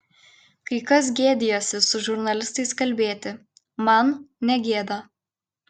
kai kas gėdijasi su žurnalistais kalbėti man negėda